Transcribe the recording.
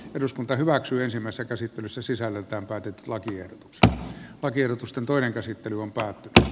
eduskunta hyväksyisimmässä käsittelyssä sisällöltään päätetyt laki ja sen oikeutusta toinen käsittely on päätti